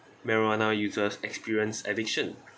marijuana users experience addiction